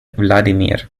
vladimir